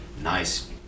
nice